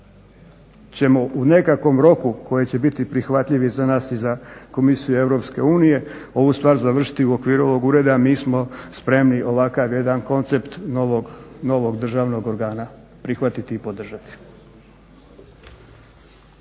mi u nekom roku koji će biti prihvatljiv i za nas i za komisiju EU ovu stvar završiti u okviru ovog ureda. A mi smo spremni ovakav jedan koncept novog državnog organa prihvatiti i podržati.